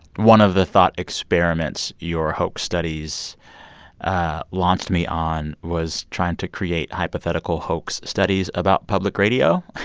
one of the thought experiments your hoax studies ah launched me on was trying to create hypothetical hoax studies about public radio.